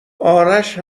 آرش